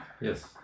Yes